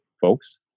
folks